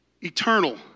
Eternal